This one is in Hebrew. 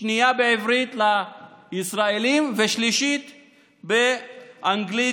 שנייה בעברית לישראלים ושלישית באנגלית,